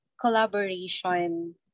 collaboration